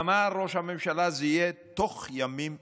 אמר ראש הממשלה: זה יהיה תוך ימים ספורים.